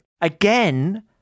Again